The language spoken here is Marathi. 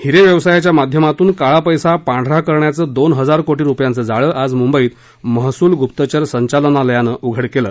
हिरे व्यवसायाच्या माध्यमातून काळा पैसा पांढरा करण्याचं दोन हजार कोटी रूपयांचं जाळ आज मुंबईत महसूल गूप्तचर संचालनालयानं उघडं केलं